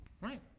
right